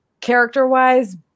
character-wise